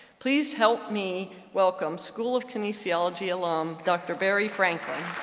please help me welcome school of kinesiology alum dr. barry franklin.